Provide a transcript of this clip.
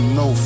no